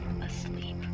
asleep